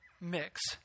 mix